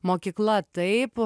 mokykla taip